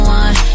one